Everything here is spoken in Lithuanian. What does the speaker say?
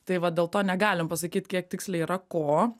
tai vat dėl to negalim pasakyt kiek tiksliai yra ko